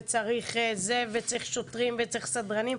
צריך שוטרים וצריך סדרנים.